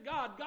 God